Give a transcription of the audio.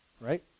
right